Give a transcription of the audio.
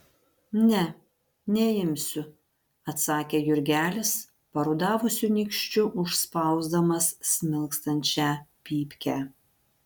ne neimsiu atsakė jurgelis parudavusiu nykščiu užspausdamas smilkstančią pypkę